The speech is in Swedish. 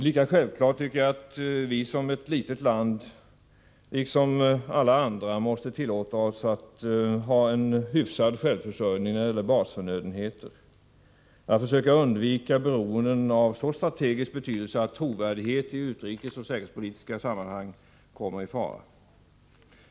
Lika självklart är det att vi som ett litet land liksom andra måste tillåta oss att ha en hyfsad självförsörjning när det gäller basförnödenheter och försöka undvika beroenden av så strategisk betydelse att trovärdigheten i utrikesoch säkerhetspolitiska sammanhang kommer i fara.